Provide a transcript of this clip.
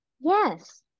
Yes